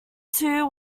two